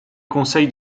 conseils